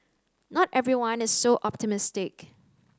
not everyone is so optimistic